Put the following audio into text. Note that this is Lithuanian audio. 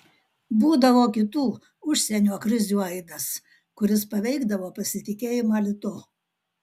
būdavo kitų užsienio krizių aidas kuris paveikdavo pasitikėjimą litu